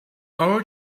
are